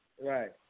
Right